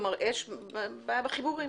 כלומר יש בעיה בחיבורים?